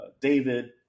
David